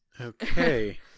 Okay